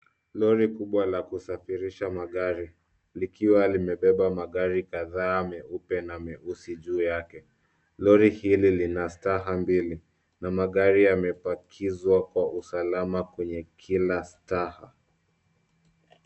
Lori kubwa la kusafirisha magari likiwa limebeba magari kadhaa meupe na meusi juu yake. Lori hili lina staha mbili na magari yamepakizwa kwa usalama kwenye kila staha.